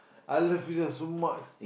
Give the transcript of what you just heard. I love you just so much